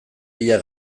bila